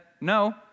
No